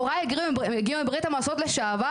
הוריי הגיעו מברית המועצות לשעבר,